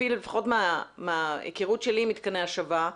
לפחות מההיכרות שלי עם מתקני השבה,